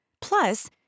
Plus